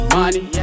money